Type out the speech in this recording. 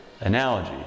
analogy